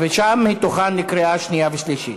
שם היא תוכן לקריאה שנייה ושלישית.